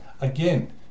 Again